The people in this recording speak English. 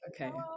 Okay